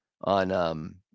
on